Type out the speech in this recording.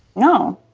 no.